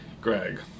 Greg